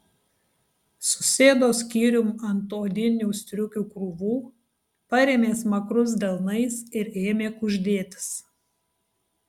susėdo skyrium ant odinių striukių krūvų parėmė smakrus delnais ir ėmė kuždėtis